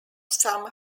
some